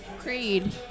Creed